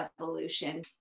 evolution